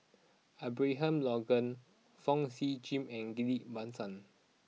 Abraham Logan Fong Sip Chee and Ghillie Basan